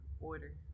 order